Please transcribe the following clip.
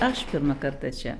aš pirmą kartą čia